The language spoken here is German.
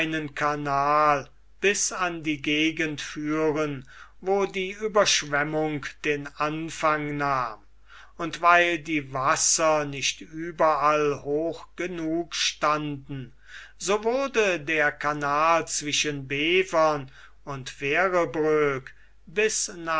kanal bis an die gegend führen wo die ueberschwemmung den anfang nahm und weil die wasser nicht überall hoch genug standen so wurde der kanal zwischen bevern und verrebroek bis